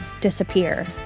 disappear